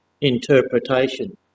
interpretation